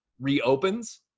reopens